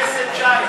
חבר הכנסת שי,